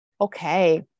okay